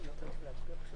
מגיע לאירוע,